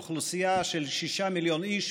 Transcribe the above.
אוכלוסייה של 6 מיליון איש,